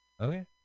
Okay